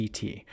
CT